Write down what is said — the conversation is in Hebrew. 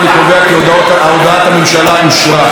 אני קובע כי הודעת הממשלה אושרה.